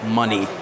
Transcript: money